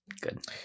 good